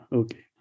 okay